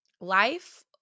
Life